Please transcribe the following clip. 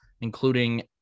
including